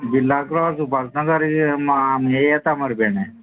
बिल्ला क्रोस आमगे ते येता मरे